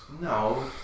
No